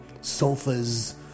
sofas